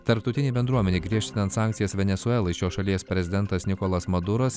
tarptautinei bendruomenei griežtinant sankcijas venesuelai šios šalies prezidentas nikolas maduras